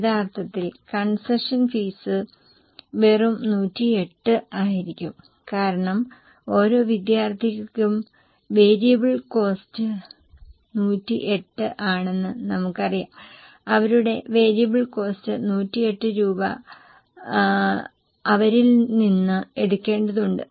യഥാർത്ഥത്തിൽ concession fee വെറും 108 ആയിരിക്കും കാരണം ഓരോ വിദ്യാർത്ഥിക്കും വേരിയബിൾ കോസ്റ്റ് 108 ആണെന്ന് നമുക്കറിയാം അവരുടെ വേരിയബിൾ കോസ്റ്റ് 108 രൂപ അവരിൽ നിന്നു എടുക്കേണ്ടതുണ്ട്